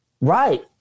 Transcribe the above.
right